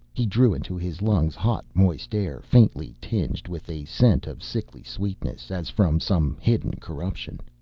he drew into his lungs hot moist air faintly tinged with a scent of sickly sweetness, as from some hidden corruption.